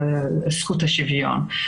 השוויון.